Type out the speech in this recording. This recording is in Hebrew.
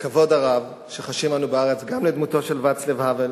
הכבוד הרב שחשים אנו בארץ גם לדמותו של ואצלב האוול